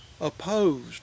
opposed